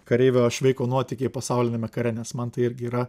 kareivio šveiko nuotykiai pasauliniame kare nes man tai irgi yra